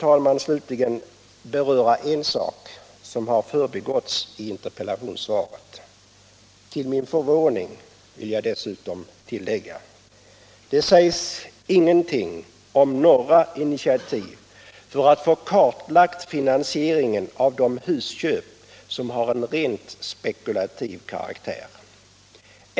Jag skall slutligen beröra en sak som har förbigåtts i interpellationssvaret — till min förvåning, vill jag dessutom tillägga. Det sägs ingenting om några initiativ för att få kartlagt finansieringen av de husköp som har en rent spekulativ karaktär.